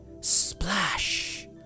Splash